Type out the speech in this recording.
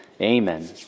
Amen